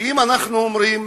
כי אם אנחנו אומרים,